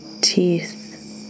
teeth